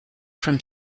from